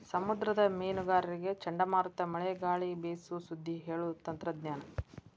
ಸಮುದ್ರದ ಮೇನುಗಾರರಿಗೆ ಚಂಡಮಾರುತ ಮಳೆ ಗಾಳಿ ಬೇಸು ಸುದ್ದಿ ಹೇಳು ತಂತ್ರಜ್ಞಾನ